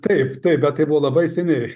taip taip bet tai buvo labai seniai